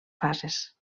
fases